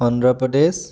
Andhra Pradesh